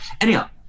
Anyhow